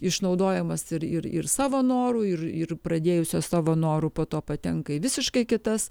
išnaudojamos ir ir ir savo noru ir ir pradėjusios savo noru po to patenka į visiškai kitas